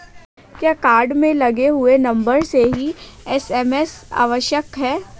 क्या कार्ड में लगे हुए नंबर से ही एस.एम.एस आवश्यक है?